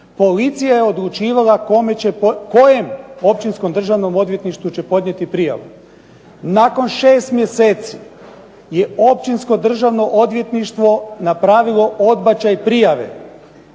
Policija je odlučivala kojem Općinskom Državnom odvjetništvu će podnijeti prijavu. Nakon 6 mjeseci je Općinsko Državno odvjetništvo napravilo odbačaj prijave,